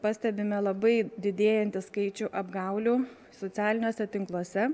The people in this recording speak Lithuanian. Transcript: pastebime labai didėjantį skaičių apgaulių socialiniuose tinkluose